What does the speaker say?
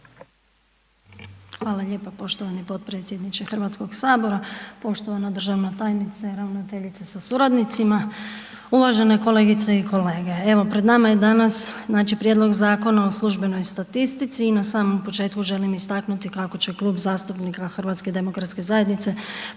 Hvala lijepa poštovani potpredsjedniče HS, poštovana državna tajnice, ravnateljice sa suradnicima, uvažene kolegice i kolege. Evo, pred nama je danas, znači prijedlog Zakona o službenoj statistici i na samom početku želim istaknuti kako će Klub zastupnika HDZ-a podržati njegovo